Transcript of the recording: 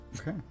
Okay